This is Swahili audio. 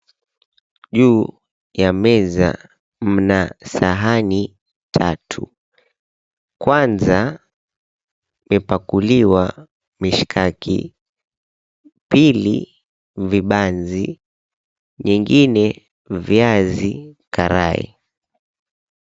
Juu ya meza mna sahani tatu. Kwanza imepakuliwa mishakiki, pili vibanzi, nyingine viazi karai.